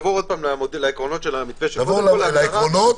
תעבור לעקרונות,